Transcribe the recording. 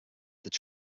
their